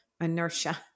inertia